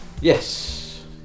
Yes